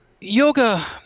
Yoga